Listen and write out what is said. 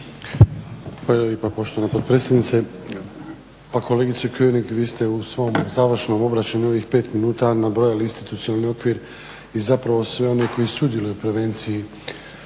Hvala lijepa poštovana potpredsjednice. Pa kolegice König vi ste u svom završnom obraćanju u ovih pet minuta nabrojali institucionalni okvir i zapravo sve one koji sudjeluju u prevenciji